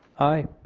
aye.